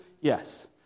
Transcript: Yes